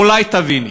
אולי תביני.